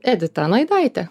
edita naidaitė